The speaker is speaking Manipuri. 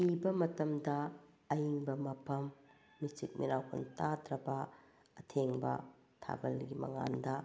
ꯏꯕ ꯃꯇꯝꯗ ꯑꯏꯪꯕ ꯃꯐꯝ ꯃꯤꯆꯤꯛ ꯃꯤꯔꯥꯎꯈꯣꯜ ꯇꯥꯗ꯭ꯔꯕ ꯑꯊꯦꯡꯕ ꯊꯥꯕꯜꯒꯤ ꯃꯉꯥꯜꯗ